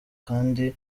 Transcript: kandi